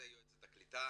אלה הפרטים